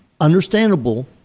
understandable